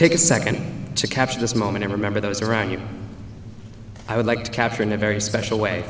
take a second to capture this moment to remember those around you i would like to capture in a very special way